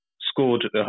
scored